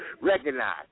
Recognize